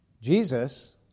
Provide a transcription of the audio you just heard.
Jesus